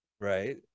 Right